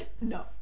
no